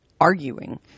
arguing